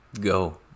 Go